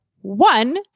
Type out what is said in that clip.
One